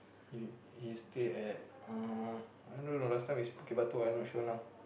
he he stays at uh I don't know last time is Bukit-Batok I not sure now